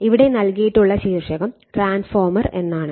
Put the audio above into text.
ഇവിടെ നൽകിയിട്ടുള്ള ശീർഷകം ട്രാൻസ്ഫോർമർ എന്നാണ്